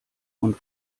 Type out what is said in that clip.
und